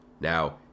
Now